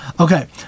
Okay